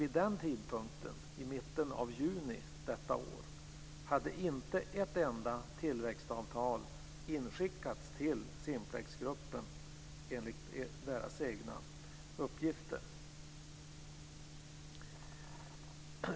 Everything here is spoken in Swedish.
Vid den tidpunkten, i mitten av juni detta år, hade inte ett enda tillväxtavtal inskickats till Simplexgruppen, enligt deras egna uppgifter.